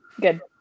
good